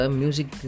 music